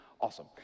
awesome